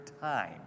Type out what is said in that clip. time